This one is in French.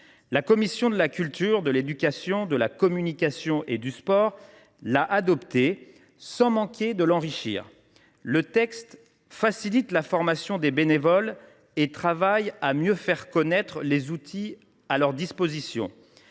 La commission de la culture, de l’éducation, de la communication et du sport l’a adoptée, sans manquer toutefois de l’enrichir. Le texte facilite la formation des bénévoles et vise à mieux faire connaître les outils à leur disposition.